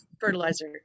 fertilizer